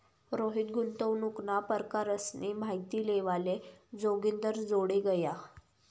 रोहित गुंतवणूकना परकारसनी माहिती लेवाले जोगिंदरजोडे गया